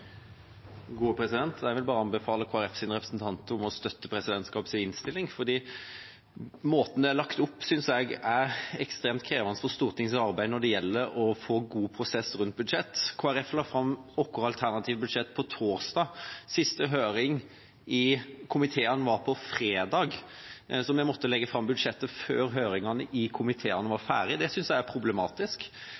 Jeg vil bare anbefale Kristelig Folkepartis representanter om å støtte presidentskapets innstilling, for måten det er lagt opp på, synes jeg er ekstremt krevende for Stortingets arbeid når det gjelder å få en god prosess rundt budsjettet. Vi i Kristelig Folkeparti la fram vårt alternative budsjett på torsdag. Siste høring i komiteene var på fredag, så vi måtte legge fram budsjettet før høringene i komiteene var